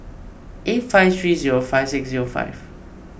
eight five three zero five six zero five